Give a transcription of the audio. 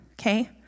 Okay